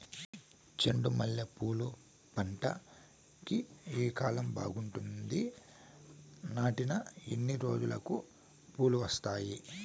చెండు మల్లె పూలు పంట కి ఏ కాలం బాగుంటుంది నాటిన ఎన్ని రోజులకు పూలు వస్తాయి